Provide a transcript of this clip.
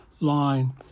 line